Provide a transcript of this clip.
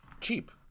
cheap